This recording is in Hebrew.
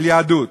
על יהדות.